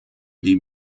die